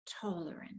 tolerant